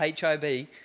HIV